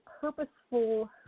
purposeful